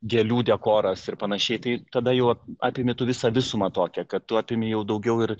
gėlių dekoras ir panašiai tai tada jau apimi tu visą visumą tokią kad tu apimi jau daugiau ir